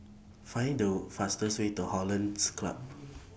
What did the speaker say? Find The fastest Way to Hollandse Club